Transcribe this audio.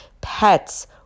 pets